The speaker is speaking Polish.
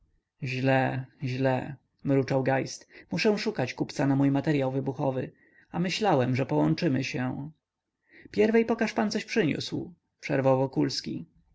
źle źle mruczał geist muszę szukać kupca na mój materyał wybuchowy a myślałem że połączymy się pierwiej pokaż pan coś przyniósł przerwał wokulski